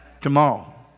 tomorrow